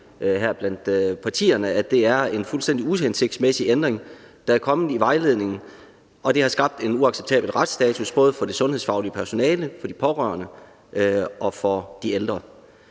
at det er en fuldstændig uhensigtsmæssig ændring, der er kommet i vejledningen, og det har skabt en uacceptabel retsstatus både for det sundhedsfaglige personale, for de pårørende og for de ældre.